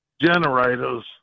generators